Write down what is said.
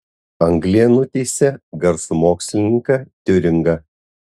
anglija nuteisė garsų mokslininką tiuringą